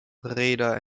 reeder